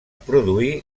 produí